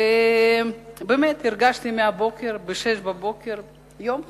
ובאמת הרגשתי מהבוקר ב-06:00 יום חג.